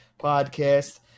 podcast